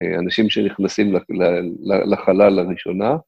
אנשים שנכנסים לחלל לראשונה.